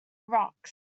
rocks